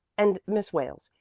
and miss wales,